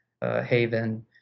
haven